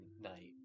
Night